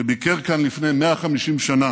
שביקר כאן לפני 150 שנה